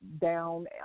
down